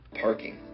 Parking